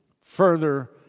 further